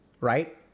right